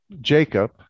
Jacob